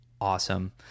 awesome